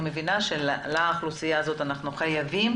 אני מבינה שלאוכלוסייה הזאת אנחנו חייבים